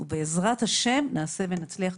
ובעזרת ה' נעשה ונצליח,